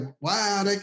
wow